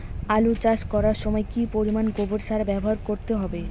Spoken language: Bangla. আলু চাষ করার সময় কি পরিমাণ গোবর সার ব্যবহার করতে হবে?